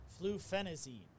Flufenazine